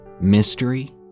Mystery